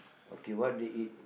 okay what they eat